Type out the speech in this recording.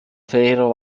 ferrero